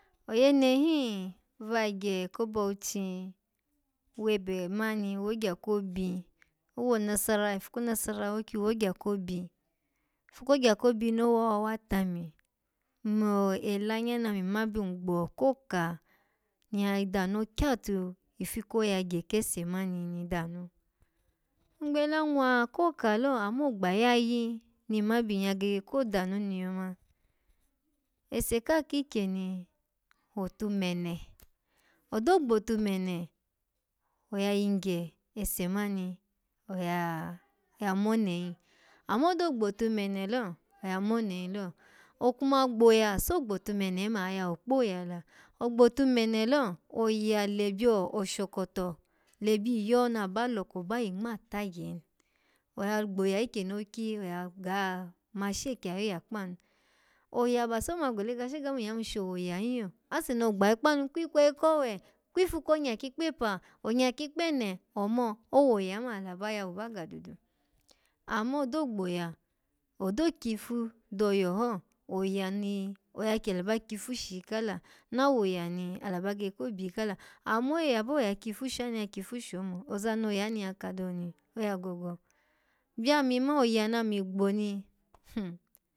Oyene hin vagye ko bauchi webe mani, wogya ko obi owo onasarawa ifu ko nasarawa okyi wogya ko obi ifu kogya ko obi no wa, owawa tami, mmo ela nya nami ma byun gbokoka ni ya dano kyatu ifu koyagye kese mani ni danu? Ngbela nwa ko ka lo, amma ogbayayi ni nma byinyya gege ko danu ni yoma ese ka kikyen wotumene odo gbotumene oya yigye ese mani, oya-ya mone hin amma odo gbotumene lo, oya mone hin lo okuma gboya so gbotumene me ayawu kpoya la ogbotumene lo oya lebyo oshokoto, le biyo na ba loko ba yi ngma tagye ni oga gboya ikyeni okyi oya ga mashe kyi ya yoya kpanu oya ba soma gle kasha ga miya yimu sho woya hin yo. Aseni ogbayi panu kwikweyi kowe kwifu konya kikpepa, onya kikpene, omo owoya ma ala ba yawuba ga dudu amma odo gboya, odo kyifu doya ho, oya ni oya kye-ala ba kyifu shiyi kala na woya ni ala bagege ko byiyikala amma oye yaba oya kyifu sho anu ya kyifu sho omo, ozani oya ni ya ka do ni oya gogobyami man oya nami gbo ni.